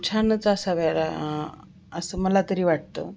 छानच असाव्या असं मला तरी वाटतं